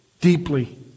deeply